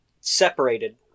separated